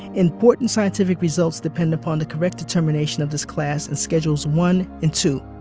important scientific results depend upon the correct determination of this class in schedules one and two.